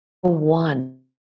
one